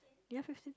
ya fifteen